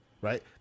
right